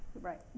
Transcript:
Right